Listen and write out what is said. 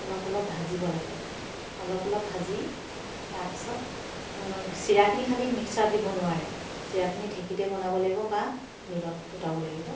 অলপ অলপ ভাজিব লাগে অলপ অলপ ভাজি তাৰপিছত চিৰাখিনি খালী মিক্সাৰত দিব নোৱাৰে চিৰাখিনি ঢেকীতে বনাব লাগিব বা মিলত কুটাব লাগিব